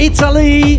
Italy